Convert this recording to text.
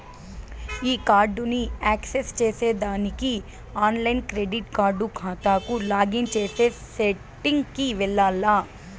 ఈ కార్డుని యాక్సెస్ చేసేదానికి ఆన్లైన్ క్రెడిట్ కార్డు కాతాకు లాగిన్ చేసే సెట్టింగ్ కి వెల్లాల్ల